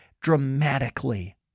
dramatically